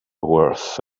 worth